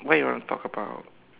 what you want to talk about